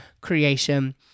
creation